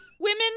Women